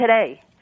today